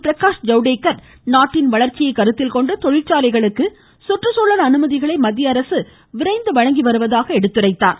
பிரகாஷ் ஜவ்தேக்கர் நாட்டின் வளர்ச்சியை கருத்தில் கொண்டு தொழிற்சாலைகளுக்கு சுற்றுச்சூழல் அனுமதிகளை மத்திய அரசு விரைந்து வழங்கி வருவதாக சுட்டிக்காட்டினார்